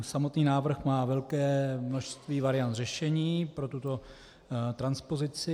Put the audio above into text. Samotný návrh má velké množství variant řešení pro tuto transpozici.